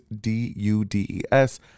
D-U-D-E-S